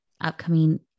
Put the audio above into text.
upcoming